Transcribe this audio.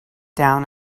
down